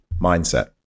mindset